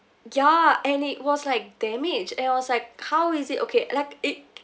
ya and it was like damaged and I was like how is it okay like it